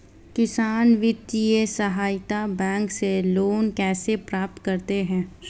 किसान वित्तीय सहायता बैंक से लोंन कैसे प्राप्त करते हैं?